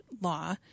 law